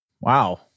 Wow